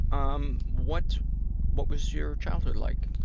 um what what was your childhood like?